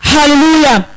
Hallelujah